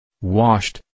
washed